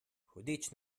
hudič